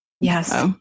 Yes